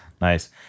Nice